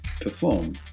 perform